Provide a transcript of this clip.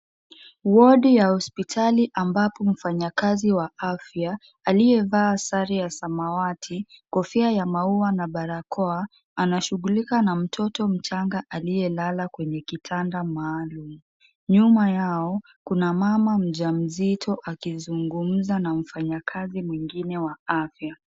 Wodi ya hospitali ambapo mfanyakazi wa afya, aliyevaa sare ya samawati, kofia ya maua na barakoa, anashughulika na mtoto mchanga aliyelala kwenye kitanda maalum. Nyuma yao, kuna mama mjamzito akizungumza na mfanyakazi mwingine wa afya.